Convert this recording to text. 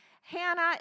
Hannah